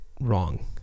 wrong